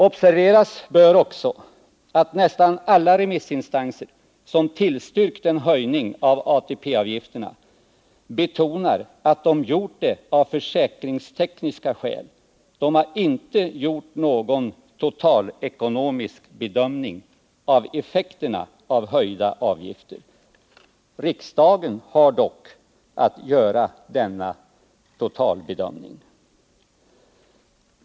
Observeras bör också att nästan alla remissinstanser som tillstyrkt en höjning av ATP-avgifterna betonar att de gjort det av försäkringstekniska skäl — de har inte gjort någon totalekonomisk bedömning av effekterna av höjda avgifter. Riksdagen har dock att göra denna totalbedömning.